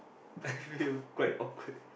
I feel quite awkward